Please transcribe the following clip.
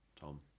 Tom